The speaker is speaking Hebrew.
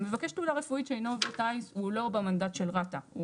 מבקש תעודה רפואית שאינו עובד טיס הוא לא במנדט של רת"א.